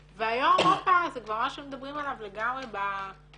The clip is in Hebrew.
והיום, הופה, זה כבר משהו שמדברים עליו לגמרי פתוח